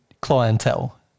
clientele